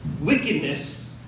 wickedness